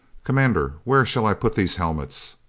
commander, where shall i put these helmets?